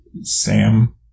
Sam